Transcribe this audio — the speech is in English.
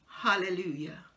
Hallelujah